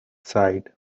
side